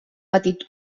petit